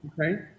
okay